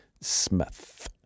Smith